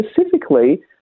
specifically